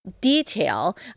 Detail